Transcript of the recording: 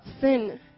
sin